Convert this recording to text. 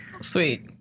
Sweet